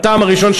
הטעם הראשון,